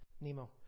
Nemo